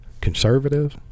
Conservative